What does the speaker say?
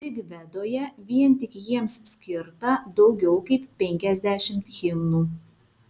rigvedoje vien tik jiems skirta daugiau kaip penkiasdešimt himnų